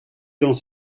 dans